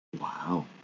wow